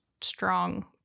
strong